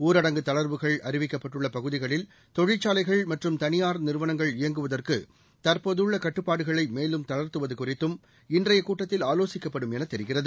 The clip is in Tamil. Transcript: ஊரடங்கு தளர்வுகள் அறிவிக்கப்பட்டுள்ள பகுதிகளில் தொழிற்சாலைகள் மற்றும் தனியார் நிறுவனங்கள் இயங்குவதற்கு தற்போதுள்ள கட்டுப்பாடுகளை மேலும் தளர்த்துவது குறித்தும் இன்றைய கூட்டத்தில் ஆலோசிக்கப்படும் எனத் தெரிகிறது